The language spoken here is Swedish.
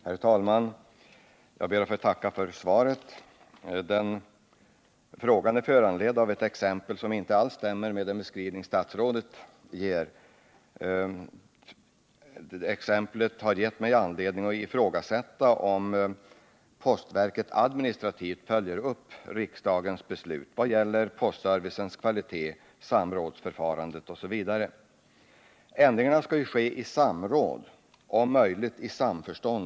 Herr talman! Jag ber att få tacka för svaret. Frågan är föranledd av ett exempel som inte alls stämmer med den beskrivning statsrådet ger. Det har givit mig anledning att ifrågasätta om postverket administrativt följer upp riksdagens beslut när det gäller postservicens kvalitet, samrådsförfarandet, osv. Ändringarna skall ske i samråd och om möjligt i samförstånd.